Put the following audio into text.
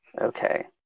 Okay